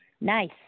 Nice